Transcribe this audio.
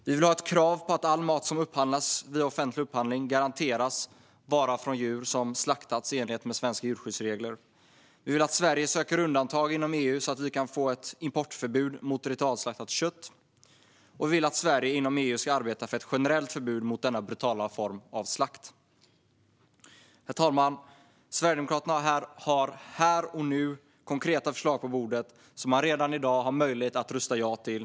Vi vill ha ett krav på att all mat som upphandlas via offentlig upphandling ska garanteras vara från djur som slaktats i enlighet med svenska djurskyddsregler. Vi vill att Sverige söker undantag inom EU så att vi kan få ett importförbud mot ritualslaktat kött. Och vi vill att Sverige inom EU ska arbeta för ett generellt förbud mot denna brutala form av slakt. Herr talman! Sverigedemokraterna har här och nu konkreta förslag på bordet som man redan i dag har möjlighet att rösta ja till.